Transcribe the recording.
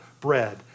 bread